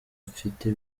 mfite